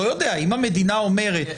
אם המדינה אומרת,